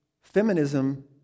feminism